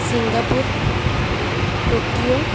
Singapore Tokyo